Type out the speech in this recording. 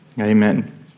Amen